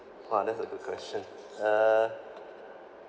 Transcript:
!wah! that's a good question uh